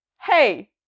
Hey